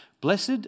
Blessed